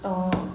oh